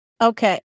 Okay